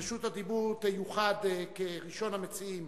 רשות הדיבור תיוחד, כראשון המציעים,